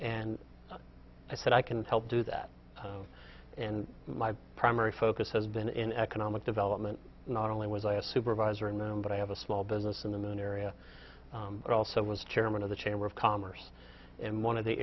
and i said i can help do that and my primary focus has been in economic development not only was i a supervisor in them but i have a small business in the new area but also was chairman of the chamber of commerce and one of the